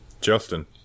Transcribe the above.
Justin